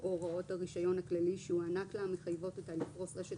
או הוראות הרישיון הכללי שהוענק לה המחייבות אותה לפרוס רשת